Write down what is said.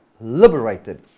liberated